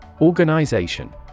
Organization